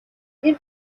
тэр